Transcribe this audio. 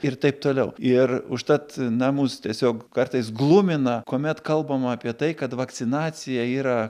ir taip toliau ir užtat na mus tiesiog kartais glumina kuomet kalbama apie tai kad vakcinacija yra